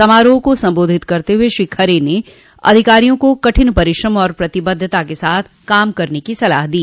समारोह को संबोधित करते हुए श्री खरे ने अधिकारियों को कठिन परिश्रम और प्रतिबद्धता के साथ काम करने की सलाह दी